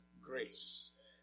grace